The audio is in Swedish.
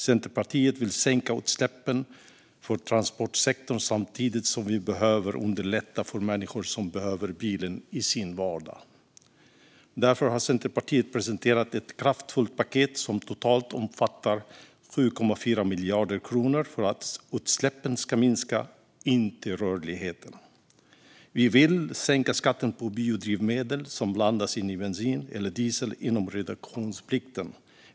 Centerpartiet vill sänka utsläppen från transportsektorn, samtidigt som vi behöver underlätta för människor som behöver bilen i sin vardag. Därför har Centerpartiet presenterat ett kraftfullt paket som totalt omfattar 7,4 miljarder kronor för att utsläppen ska minska, inte rörligheten. Vi vill sänka skatten på biodrivmedel som blandas in i bensin eller diesel inom reduktionsplikten.